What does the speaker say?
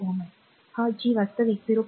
1 Ω आहे हा G वास्तविक 0